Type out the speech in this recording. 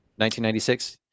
1996